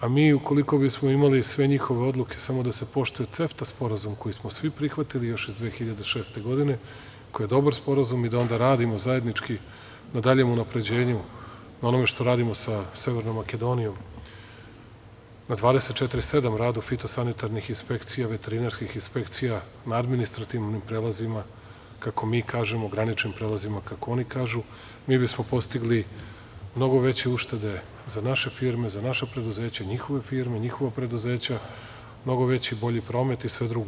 A mi ukoliko bismo imali sve njihove odluke, samo da se poštuje CEFTA sporazum koji smo svi prihvatili još iz 2006. godine, koji je dobar sporazum i da onda radimo zajednički na daljem unapređenju, na onome što radimo sa Severnom Makedonijom, na 247, radu fitosanitarnih inspekcija , veterinarskih inspekcija, na administrativnim prelazima, kako mi kažemo, graničnim prelazima kako oni kažu, mi bismo postigli mnogo veće uštede za naše firme, za naša preduzeća, njihove firme, njihova preduzeća, mnogo veći o bolji promet i sve drugo.